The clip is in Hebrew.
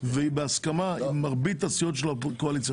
והיא בהסכמה עם מרבית הסיעות של הקואליציה.